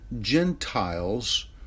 Gentiles